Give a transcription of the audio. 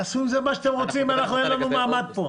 תעשו עם זה מה שאתם רוצים, אין לנו מעמד פה.